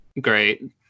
great